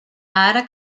ara